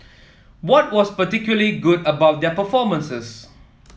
what was particularly good about their performances